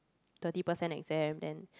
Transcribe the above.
thirty percent exam and